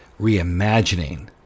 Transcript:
reimagining